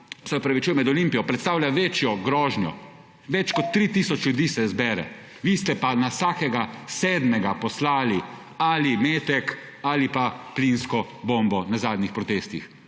se opravičujem, med Olimpijo, predstavlja večjo grožnjo, več kot 3 tisoč ljudi se zbere, vi ste pa na vsakega sedmega poslali ali metek ali pa plinsko bombo na zadnjih protestih.